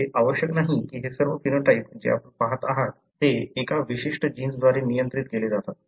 हे आवश्यक नाही की हे सर्व फेनोटाइप जे आपण पहात आहात ते एका विशिष्ट जीन्सद्वारे नियंत्रित केले जातात